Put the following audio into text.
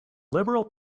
liberal